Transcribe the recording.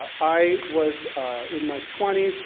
i was in my twenty s,